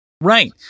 right